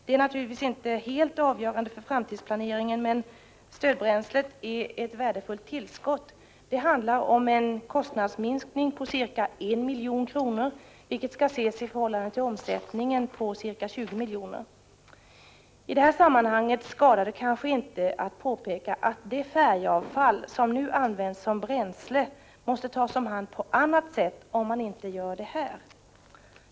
Det är naturligtvis inte helt avgörande för framtidsplaneringen, men stödbränslet är ett värdefullt tillskott. Det handlar om en kostnadsminskning på ca 1 milj.kr., vilket skall ses i förhållande till omsättningen på ca 20 milj.kr. I detta sammanhang skadar det kanske inte att påpeka att det färgavfall som nu används som bränsle måste tas om hand på annat sätt, om man inte gör det här.